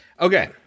Okay